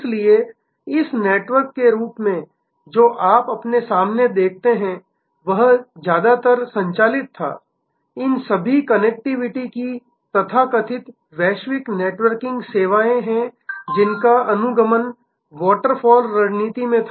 इसलिए इस नेटवर्क के रूप में जो आप अपने सामने देखते हैं वह ज्यादातर संचालित था इन सभी कनेक्टिविटी की तथाकथित वैश्विक नेटवर्किंग सेवाएं हैं जिनका अनुगमन वाटरफॉल रणनीति में था